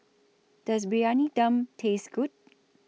Does Briyani Dum Taste Good